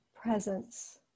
presence